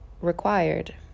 required